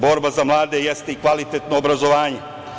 Borba za mlade jeste i kvalitetno obrazovanje.